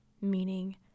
meaning